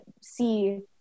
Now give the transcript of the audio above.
see